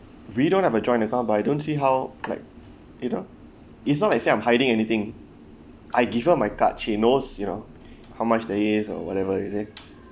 we don't have a joint account but I don't see how like you know it's long as say I'm hiding anything I give her my card she knows you know how much there is or whatever you see